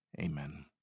amen